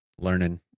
learning